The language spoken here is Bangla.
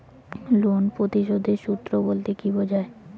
লোন পরিশোধের সূএ বলতে কি বোঝায়?